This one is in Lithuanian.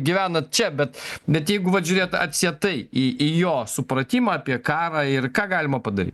gyvenat čia bet bet jeigu vat žiūrėt atsietai į į jo supratimą apie karą ir ką galima padary